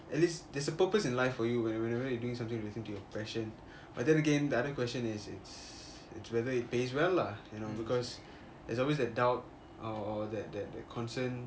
at least there's a purpose in life for you when you whenever you doing something relating to your passion but then again the other question is it's it's whether it pays well lah you know because there's always that doubt or or that that that concern